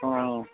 অঁ অঁ